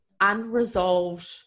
unresolved